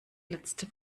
letzte